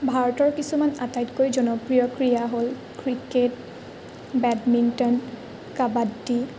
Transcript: ভাৰতৰ কিছুমান আটাইতকৈ জনপ্ৰিয় ক্ৰীড়া হ'ল ক্ৰিকেট বেডমিণ্টন কাবাডি